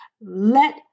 Let